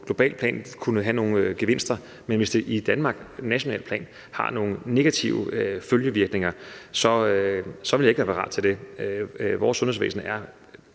globalt plan kunne give nogle gevinster, men hvis det i Danmark på nationalt plan har nogle negative følgevirkninger, vil jeg ikke være parat til det. Vores sundhedsvæsen er